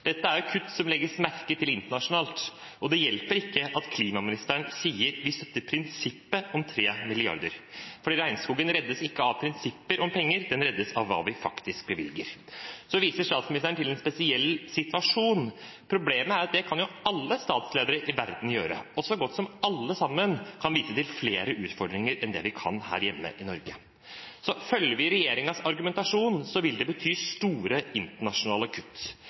Dette er kutt som legges merke til internasjonalt, og det hjelper ikke at klimaministeren sier at man støtter prinsippet om 3 mrd. kr, for regnskogen reddes ikke av prinsipper om penger, den reddes av hva vi faktisk bevilger. Så viser statsministeren til en spesiell situasjon. Problemet er at det kan alle statsledere i verden gjøre, og så godt som alle sammen kan vise til flere utfordringer enn det vi kan her i Norge. Følger vi regjeringens argumentasjon, vil det bety store internasjonale kutt.